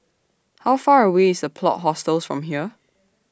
How Far away IS The Plot Hostels from here